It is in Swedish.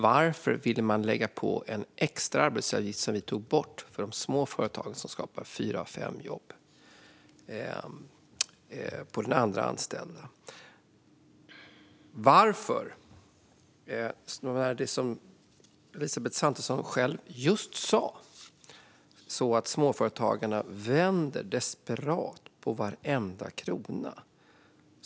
Varför vill man lägga på en extra arbetsgivaravgift - som vi tog bort - för de små företagen, som skapar fyra av fem jobb, för den andra anställda? Som Elisabeth Svantesson själv just sa vänder småföretagarna desperat på varenda krona.